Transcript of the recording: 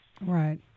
Right